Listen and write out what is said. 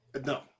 No